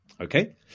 Okay